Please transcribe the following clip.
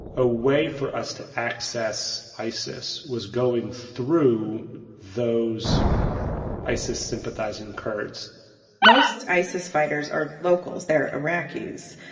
a way for us to access isis was going through those isis-sympathizing kurds most isis fighters are locals. they're iraqis,